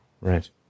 Right